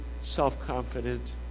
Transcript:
self-confident